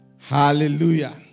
Hallelujah